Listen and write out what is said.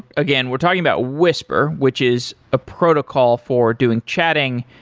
again, we're talking about whisper, which is a protocol for doing chatting,